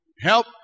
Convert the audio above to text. help